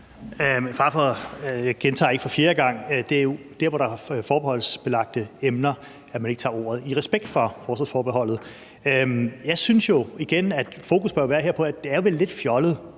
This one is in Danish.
for at gentage det for fjerde gang: Det er der, hvor der er forbeholdsbelagte emner, at man ikke tager ordet i respekt for forsvarsforbeholdet. Jeg synes jo igen, at fokus her bør være på, at det vel er lidt fjollet,